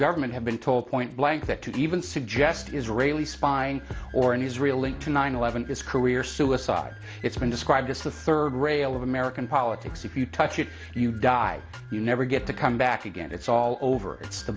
government have been told point blank that to even suggest israelis fine or in israel link to nine eleven is career suicide it's been described as the third rail of american politics if you touch it you die you never get to come back again it's all over the